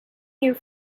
here